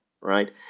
right